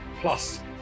plus